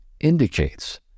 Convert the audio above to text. indicates